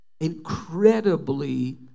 incredibly